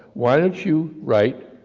why don't you write,